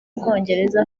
bwongereza